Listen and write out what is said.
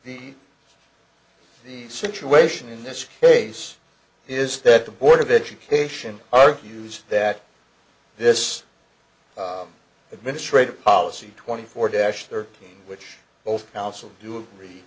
the the situation in this case is that the board of education argues that this administrative policy twenty four dash thirteen which old council do